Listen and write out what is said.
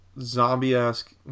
zombie-esque